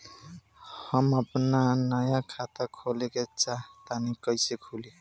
हम आपन नया खाता खोले के चाह तानि कइसे खुलि?